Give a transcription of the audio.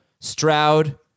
Stroud